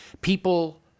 People